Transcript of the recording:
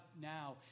now